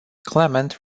clement